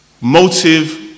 Motive